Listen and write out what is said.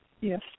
Yes